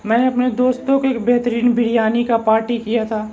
میں نے اپنے دوستوں کو ایک بہترین بریانی کا پارٹی کیا تھا